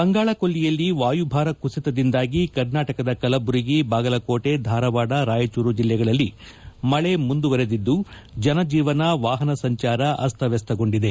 ಬಂಗಾಳಕೊಳ್ಲಿಯಲ್ಲಿ ವಾಯುಭಾರ ಕುಸಿತದಿಂದಾಗಿ ಕರ್ನಾಟಕದ ಕಲಬುರಗಿ ಬಾಗಲಕೋಟೆ ಧಾರವಾಡ ರಾಯಚೂರು ಜಿಲ್ಲೆಗಳಲ್ಲಿ ಮಳೆ ಮುಂದುವರಿದಿದ್ದು ಜನಜೀವನ ವಾಹನ ಸಂಚಾರ ಅಸ್ತಮಸ್ವಗೊಂಡಿದೆ